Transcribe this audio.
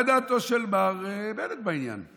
מה דעתו של מר בנט בעניין?